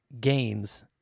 gains